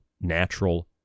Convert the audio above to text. natural